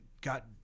got